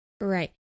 Right